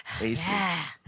aces